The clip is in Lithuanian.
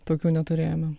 tokių neturėjome